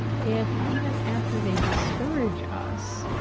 if even after they discourage us,